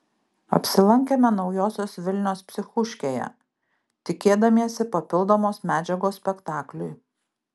apsilankėme naujosios vilnios psichuškėje tikėdamiesi papildomos medžiagos spektakliui